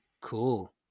cool